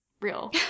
real